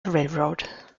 railroad